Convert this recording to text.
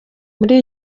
muri